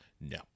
No